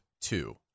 two